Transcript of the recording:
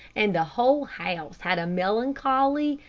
and the whole house had a melancholy,